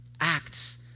acts